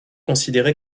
considéré